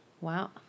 Wow